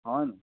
হয় নেকি